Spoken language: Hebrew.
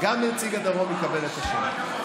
גם נציג הדרום יקבל את השם.